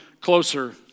closer